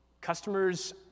customers